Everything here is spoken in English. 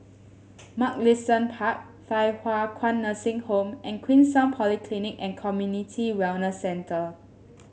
Mugliston Park Thye Hua Kwan Nursing Home and Queenstown Polyclinic and Community Wellness Centre